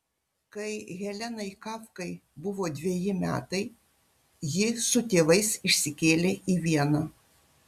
kai helenai kafkai buvo dveji metai ji su tėvais išsikėlė į vieną